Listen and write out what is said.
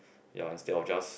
ya instead of just